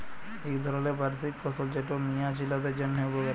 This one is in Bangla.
ইক ধরলের বার্ষিক ফসল যেট মিয়া ছিলাদের জ্যনহে উপকারি